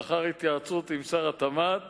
לאחר התייעצות עם שר התמ"ת